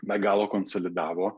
be galo konsolidavo